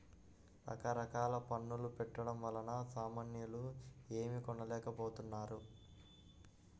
రకరకాల పన్నుల పెట్టడం వలన సామాన్యులు ఏమీ కొనలేకపోతున్నారు